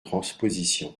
transposition